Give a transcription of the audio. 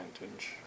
advantage